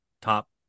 top